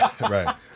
Right